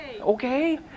Okay